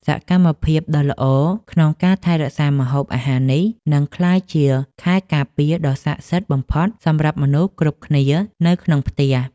សកម្មភាពដ៏ល្អក្នុងការថែរក្សាម្ហូបអាហារនេះនឹងក្លាយជាខែលការពារដ៏ស័ក្តិសិទ្ធិបំផុតសម្រាប់មនុស្សគ្រប់គ្នានៅក្នុងផ្ទះ។